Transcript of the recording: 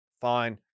Fine